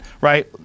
right